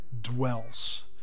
dwells